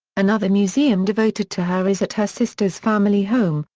another museum devoted to her is at her sister's family home,